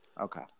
Okay